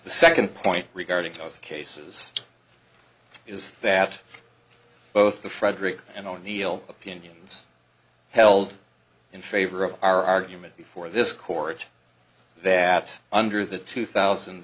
the second point regarding those cases is that both the frederick and o'neil opinions held in favor of our argument before this court that under the two thousand